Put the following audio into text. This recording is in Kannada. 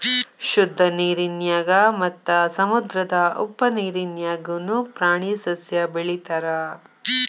ಶುದ್ದ ನೇರಿನ್ಯಾಗ ಮತ್ತ ಸಮುದ್ರದ ಉಪ್ಪ ನೇರಿನ್ಯಾಗುನು ಪ್ರಾಣಿ ಸಸ್ಯಾ ಬೆಳಿತಾರ